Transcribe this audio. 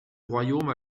royaume